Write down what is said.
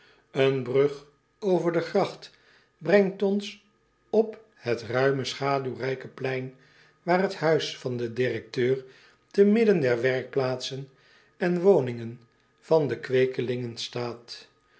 een brug over de gracht brengt ons op het ruime schaduwrijke plein waar het huis van den directeur te midden der werkplaatsen en woningen van de kweekelingen staat